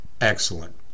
Excellent